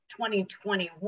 2021